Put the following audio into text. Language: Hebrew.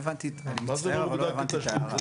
אני מצטער, אבל לא הבנתי את ההערה.